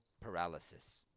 paralysis